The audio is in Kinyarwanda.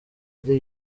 ari